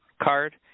card